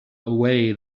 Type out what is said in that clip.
away